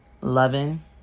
loving